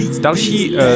další